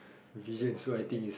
there's a one thing that